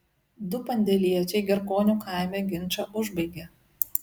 du pandėliečiai gerkonių kaime ginčą užbaigė